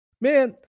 Man